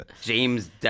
James